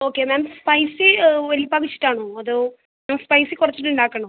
okay ma'am spicy ഒലിപ്പാവിഷ്ടമാണോ അതോ spicy കുറച്ചിട്ടുണ്ടാക്കണോ